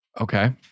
okay